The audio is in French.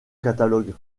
catalogue